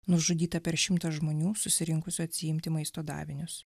nužudyta per šimtą žmonių susirinkusių atsiimti maisto davinius